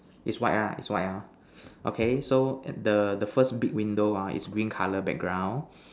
is white ah is white ah okay so at the the first big window ha is green color background